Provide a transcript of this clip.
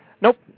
Nope